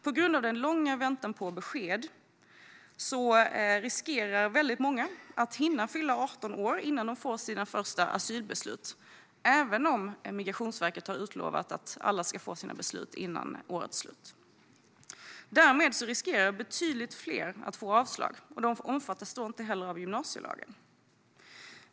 På grund av den långa väntan på besked riskerar många att hinna fylla 18 år innan de får sina första asylbeslut, även om Migrationsverket har utlovat att alla ska få sina beslut före årets slut. Därmed riskerar betydligt fler att få avslag, och de omfattas då inte heller av gymnasielagen.